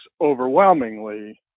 overwhelmingly